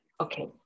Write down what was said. Okay